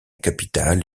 capitale